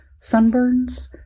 sunburns